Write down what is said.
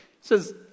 says